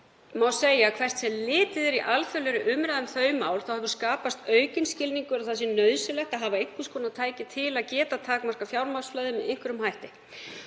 má segja að hvert sem litið sé í alþjóðlegri umræðu um þau mál hafi skapast aukinn skilningur á því að nauðsynlegt sé að hafa einhvers konar tæki til að geta takmarkað fjármagnsflæði með einhverjum hætti.